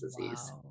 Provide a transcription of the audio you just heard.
disease